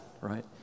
Right